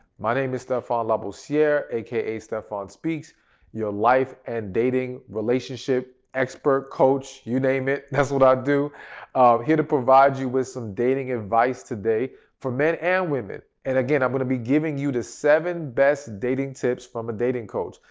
my name is stephan labossiere aka stephan speaks your life and dating relationship expert, coach you name it, that's what i do here to provide you with some dating advice today for men and women. and again, i'm going to be giving you the seven best dating tips from a dating coach.